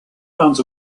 towns